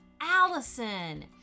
Allison